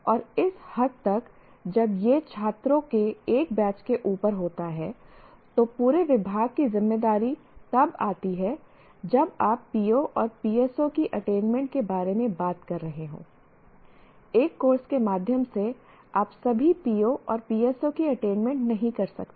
और उस हद तक जब यह छात्रों के एक बैच के ऊपर होता है तो पूरे विभाग की जिम्मेदारी तब आती है जब आप POs और PSOs की अटेनमेंट के बारे में बात कर रहे हों एक कोर्स के माध्यम से आप सभी POs और PSOs की अटेनमेंट नहीं कर सकते